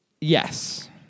Yes